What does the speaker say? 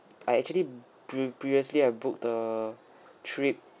I actually prev~ previously I booked the trip